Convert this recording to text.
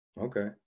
Okay